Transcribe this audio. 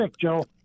Joe